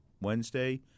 Wednesday